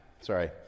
sorry